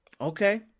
Okay